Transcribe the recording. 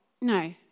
no